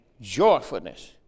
joyfulness